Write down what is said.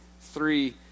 Three